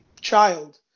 child